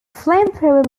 flamethrower